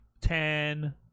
ten